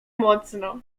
mocno